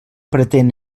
pretén